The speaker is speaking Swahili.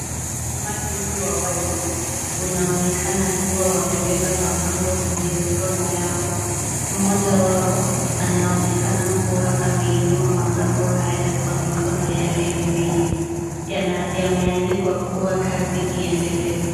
Umati huu wa watu unaonekana kuwa umebeba mabango kwenye mikono yao. Mmoja wao anaonekana kuwa ameinua mabango haya kwa mikono miwili. Yameandikwa kuwa kazi iendelee.